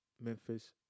Memphis